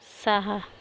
सहा